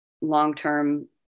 long-term